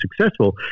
successful